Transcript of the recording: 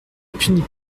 punit